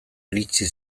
iritsi